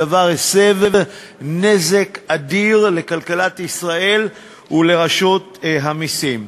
הדבר הסב נזק אדיר לכלכלת ישראל ולרשות המסים.